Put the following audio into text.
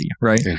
right